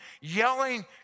yelling